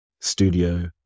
studio